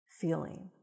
feeling